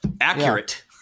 Accurate